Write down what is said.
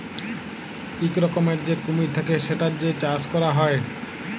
ইক রকমের যে কুমির থাক্যে সেটার যে চাষ ক্যরা হ্যয়